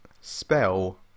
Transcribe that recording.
Spell